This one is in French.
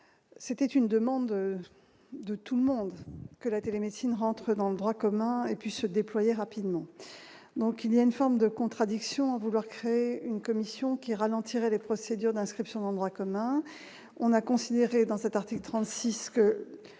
c'était une demande de tout le monde que la télémédecine rentre dans le droit commun et puis se déployer rapidement, donc il y a une forme de contradiction à vouloir créer une commission qui ralentirait les procédures d'inscription dans le droit commun, on a considéré dans cet article 36 que